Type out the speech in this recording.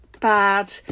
bad